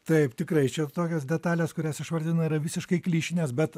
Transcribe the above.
taip tikrai čia tokios detalės kurias išvardinai yra visiškai klišinės bet